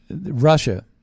Russia